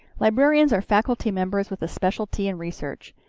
librarians are faculty members with a specialty in research.